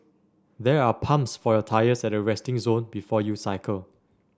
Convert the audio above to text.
there are pumps for your tyres at the resting zone before you cycle